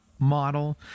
model